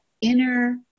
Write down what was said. inner